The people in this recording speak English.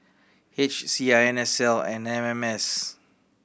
H C I N S L and M M S